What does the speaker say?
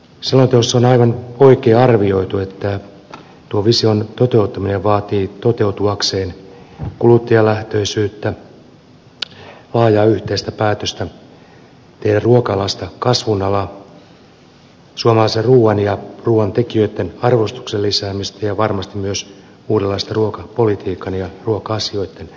selonteossa on aivan oikein arvioitu että tuo visio toteutuakseen vaatii kuluttajalähtöisyyttä laajaa yhteistä päätöstä tehdä ruoka alasta kasvun ala suomalaisen ruuan ja ruuan tekijöitten arvostuksen lisäämistä ja varmasti myös uudenlaista ruokapolitiikan ja ruoka asioitten hallintomallia